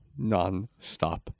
Nonstop